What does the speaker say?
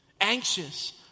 Anxious